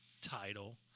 title